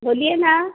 बोलिए न